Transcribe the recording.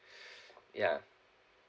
ya